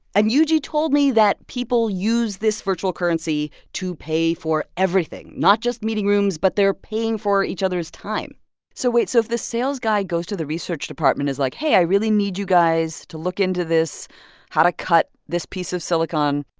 and yuji told me that people use this virtual currency to pay for everything not just meeting rooms, but they're paying for each other's time so wait. so if the sales guy goes to the research department and is like, hey, i really need you guys to look into this how to cut this piece of silicon,